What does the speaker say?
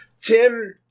Tim